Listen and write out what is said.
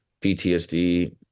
PTSD